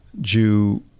Jew